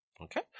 Okay